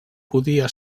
podia